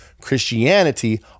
Christianity